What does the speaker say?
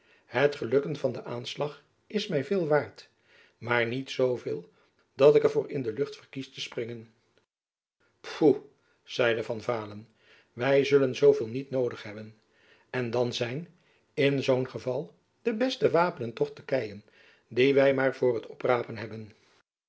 het gelukken van den aanslag is my veel waard maar niet zooveel dat ik er voor in de lucht verkies te springen phoe zeide van vaalen wy zullen zooveel niet noodig hebben en dan zijn in zoo'n geval de beste wapenen toch de keien die wy maar voor t oprapen hebben